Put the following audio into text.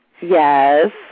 Yes